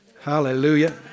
Hallelujah